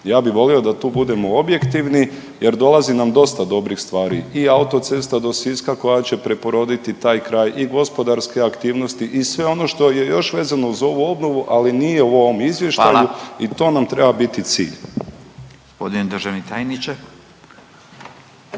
Ja bi volio da tu budemo objektivni jer dolazi nam dosta dobrih stvari i autocesta do Siska koja će preporoditi taj kraj i gospodarske aktivnosti i sve ono što je još vezano uz ovu obnovu, ali nije u ovom izvještaju…/Upadica Radin: